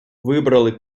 вибрали